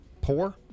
Poor